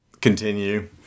Continue